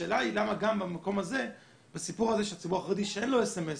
השאלה למה גם בסיפור הזה של הציבור החרדי שאין לו סמסים,